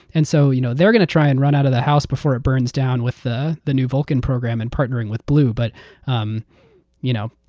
and so you know they're going to try and run out of the house before it burns down with the the new vulcan program and partnering with blue. but um you know